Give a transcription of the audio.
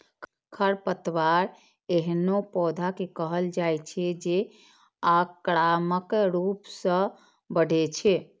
खरपतवार एहनो पौधा कें कहल जाइ छै, जे आक्रामक रूप सं बढ़ै छै